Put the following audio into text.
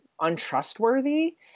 untrustworthy